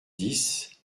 dix